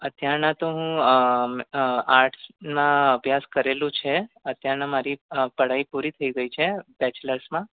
અત્યારના તો હું આર્ટસમાં અભ્યાસ કરેલો છે અત્યારના મારી પઢાઈ પૂરી થઇ ગઇ છે બેચલર્સમાં